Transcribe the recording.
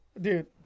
dude